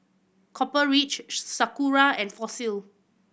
Copper Ridge Sakura and Fossil